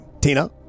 Tina